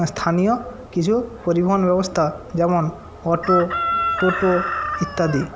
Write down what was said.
স্থানীয় কিছু পরিবহণ ব্যবস্থা যেমন অটো টোটো ইত্যাদি